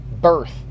birth